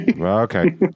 Okay